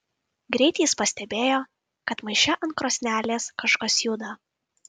greit jis pastebėjo kad maiše ant krosnelės kažkas juda